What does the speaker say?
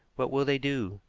what will they do?